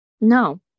No